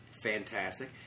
Fantastic